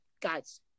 guys